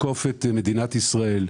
לתקוף את מדינת ישראל,